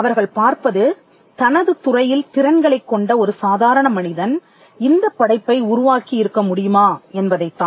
அவர்கள் பார்ப்பது தனது துறையில் திறன்களைக் கொண்ட ஒரு சாதாரண மனிதன் இந்தப் படைப்பை உருவாக்கி இருக்க முடியுமா என்பதைத் தான்